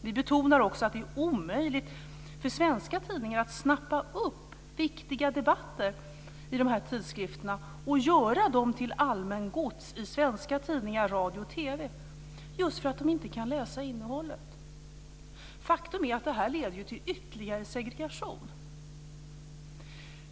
Vi betonar också att det är omöjligt för svenska tidningar att snappa upp viktiga debatter i dessa tidskrifter och göra dem till allmängods i svenska tidningar, radio och TV just för att man inte kan läsa innehållet. Faktum är att detta leder till ytterligare segregation.